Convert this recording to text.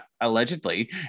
allegedly